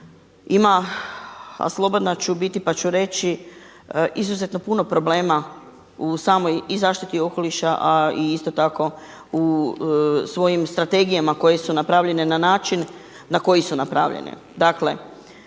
ima a slobodna ću biti pa ću reći izuzetno puno problema u samoj i zaštiti okoliša a isto tako u svojim strategijama koje su napravljene na način na koji su napravljene.